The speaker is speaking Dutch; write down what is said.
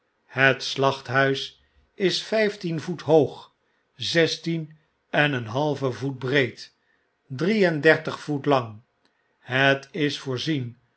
het slaehthuis is vijftien voet hoog zestien en een halven voet breed en drie en dertig voet lang het is voorzien